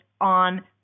on